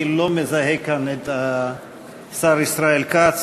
אני לא מזהה כאן את השר ישראל כץ,